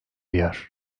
yer